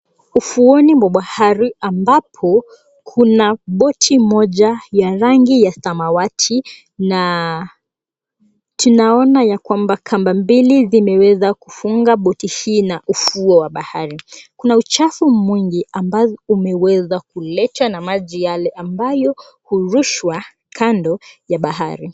Ufuoni mwa bahari ambapo kuna boti moja ya rangi ya samawati, na tunaona ya kwamba kamba mbili zimeweza kufunga boti hii na ufuo wa bahari. Kuna uchafu mwingi ambao umeweza kuletwa na maji yale ambayo hurushwa kando ya bahari.